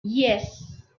yes